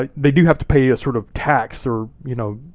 ah they do have to pay a sort of tax, or you know,